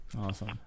Awesome